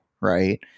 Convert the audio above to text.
right